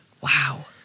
Wow